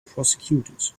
prosecuted